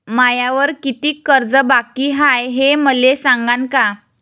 मायावर कितीक कर्ज बाकी हाय, हे मले सांगान का?